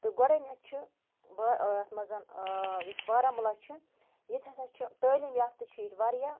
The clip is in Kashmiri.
تہٕ گۄڈٕنٮ۪تھ چھِ با یَتھ منٛز یُس بارہمولہ چھِ ییٚتہِ ہسا چھِ تعلیٖمہِ یافتہٕ چھِ ییٚتہِ واریاہ